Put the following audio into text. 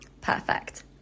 Perfect